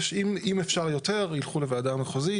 אם אפשר יותר, ילכו לוועדה מחוזית.